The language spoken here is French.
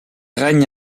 règne